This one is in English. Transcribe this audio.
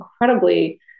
incredibly